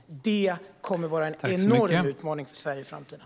Det kommer att vara en enorm utmaning för Sverige i framtiden.